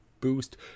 Boost